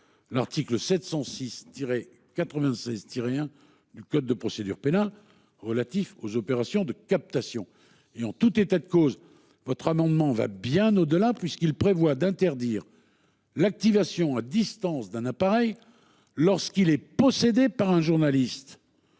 l'article 706-96-1 du code de procédure pénale, relatif aux opérations de captation. Ce sous-amendement va bien au-delà : il prévoit d'interdire l'activation à distance d'un appareil lorsque celui-ci est possédé par un journaliste.